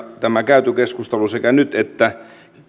tämä käyty keskustelu sekä nyt että